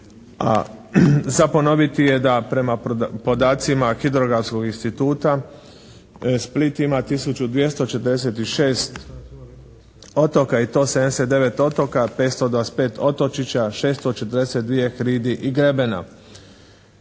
za ponoviti je da prema podacima Hidrografskog instituta Split ima tisuću 246 otoka i to 79 otoka, 525 otočića, 642 hridi i grebena.